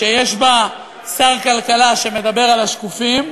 שיש בה שר כלכלה שמדבר על השקופים,